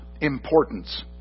importance